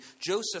Joseph